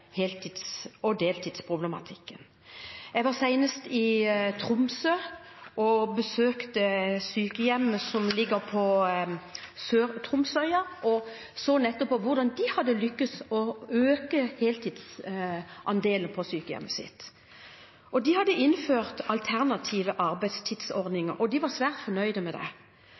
heltids- og deltidsproblematikken. Jeg var senest i Tromsø og besøkte sykehjemmet som ligger på Sør-Tromsøya, og så på hvordan de hadde lyktes i å øke heltidsandelen på sykehjemmet sitt. De hadde innført alternative arbeidstidsordninger, og de var svært fornøyd med det.